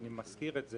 אני מזכיר את זה,